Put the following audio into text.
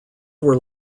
were